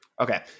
okay